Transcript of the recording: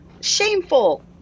shameful